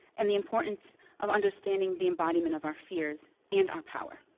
and the importance of understanding the embodiment of our fears and our power.